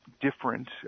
different